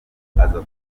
aza